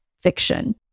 fiction